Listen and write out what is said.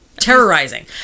terrorizing